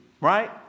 right